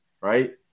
right